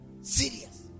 Serious